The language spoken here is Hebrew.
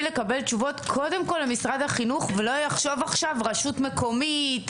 לקבל תשובות קודם כל למשרד החינוך ולא יחשוב עכשיו רשות מקומית,